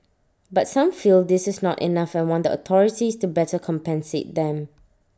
but some feel this is not enough and want the authorities to better compensate them